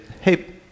hey